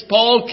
Paul